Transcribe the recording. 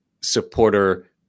supporter